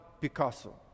Picasso